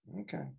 Okay